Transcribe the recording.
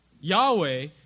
Yahweh